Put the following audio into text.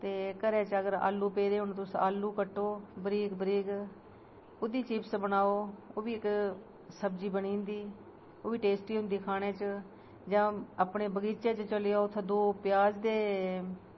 ते घरै च अगर आलू पेदे होन तुस आलू कट्टो बरीक बरीक ओह्दी चिप्स बनाओ ओह् बी इक सब्जी बनी जंदी ओह्बा टेस्टी होंदी खाने च जां अपने बगीचे च चली जाओ उत्थैं दऊं प्याज दे